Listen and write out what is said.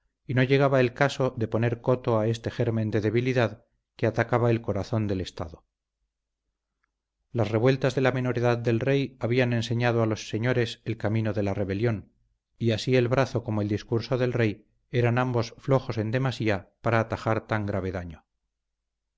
y no llegaba el caso de poner coto a este germen de debilidad que atacaba el corazón del estado las revueltas de la menor edad del rey habían enseñado a los señores el camino de la rebelión y así el brazo como el discurso del rey eran ambos flojos en demasía para atajar tan grave daño